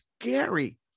scary